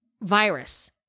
virus